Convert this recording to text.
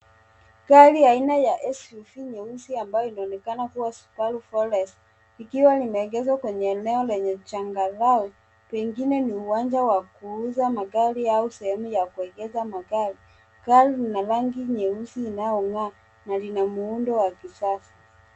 Gari aina ya SUV nyeusi ambayo inaonekana kuwa Subaru Forest likiwa limeegeshwa kwenye eneo lenye changarawe pengine ni uwanja wa kuuza magariaua sehemu ya kuegesha magari. Gari lina rangi nyeusi inayong'aa na lina muundo wa kisasa.